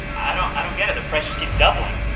i don't i don't get it. the price just keeps doubling!